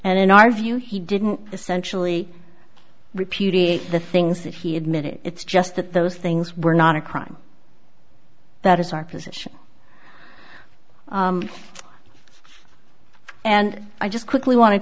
and in our view he didn't essentially repudiate the things that he admitted it's just that those things were not a crime that is our position and i just quickly want to